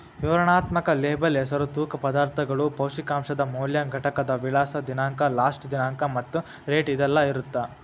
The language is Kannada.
ವಿವರಣಾತ್ಮಕ ಲೇಬಲ್ ಹೆಸರು ತೂಕ ಪದಾರ್ಥಗಳು ಪೌಷ್ಟಿಕಾಂಶದ ಮೌಲ್ಯ ಘಟಕದ ವಿಳಾಸ ದಿನಾಂಕ ಲಾಸ್ಟ ದಿನಾಂಕ ಮತ್ತ ರೇಟ್ ಇದೆಲ್ಲಾ ಇರತ್ತ